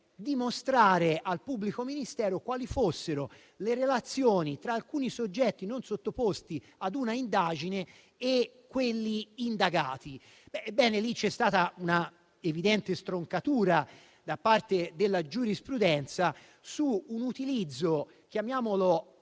dimostrare al pubblico ministero quali fossero le relazioni tra alcuni soggetti non sottoposti ad una indagine e quelli indagati. Ebbene, in quel caso c'è stata una evidente stroncatura da parte della giurisprudenza su un utilizzo che